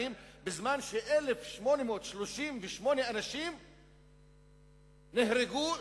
בזמן ש-1,838 אנשים נהרגו,